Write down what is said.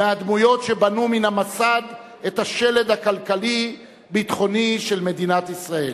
מהדמויות שבנו מן המסד את השלד הכלכלי-ביטחוני של מדינת ישראל.